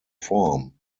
form